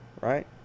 right